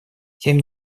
тем